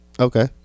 Okay